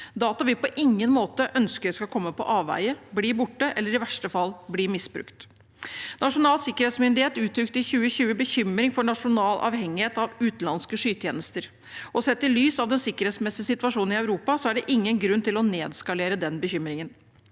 data vi på ingen måte ønsker skal komme på avveie, bli borte eller i verste fall bli misbrukt. Nasjonal sikkerhetsmyndighet uttrykte i 2020 bekymring for nasjonal avhengighet av utenlandske skytjenester, og sett i lys av den sikkerhetsmessige situasjonen i Europa er det ingen grunn til å nedskalere den bekymringen.